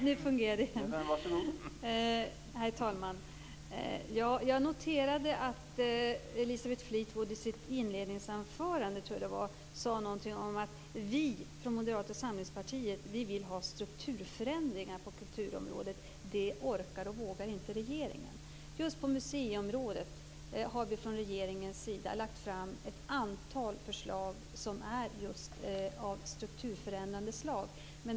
Herr talman! Jag noterade att Elisabeth Fleetwood i sitt inledningsanförande, tror jag det var, sade: Vi från Moderata samlingspartiet vill ha strukturförändring på kulturområdet. Det orkar och vågar inte regeringen. Just på museiområdet har vi från regeringens sida lagt fram ett antal förslag som är just av strukturförändrande slag.